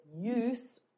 use